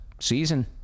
season